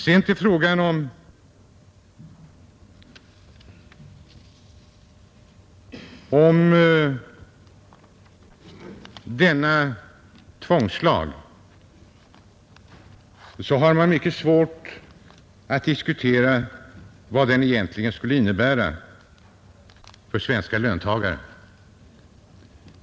Beträffande frågan om denna tvångslag har de övriga partierna i denna kammare mycket svårt att diskutera vad den egentligen skulle innebära för svenska löntagare.